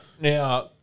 now